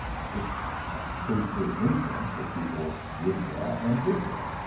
it's a pretty clear inference that people would draw, and did draw,